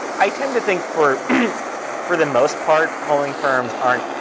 i tend to think for for the most part, polling firms aren't